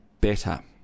better